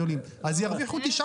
תאספו את הכול ותתייחסו.